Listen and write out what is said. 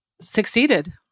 succeeded